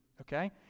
okay